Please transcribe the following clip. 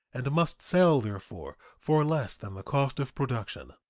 and must sell, therefore, for less than the cost of production,